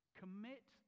commit